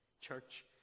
church